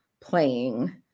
playing